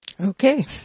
Okay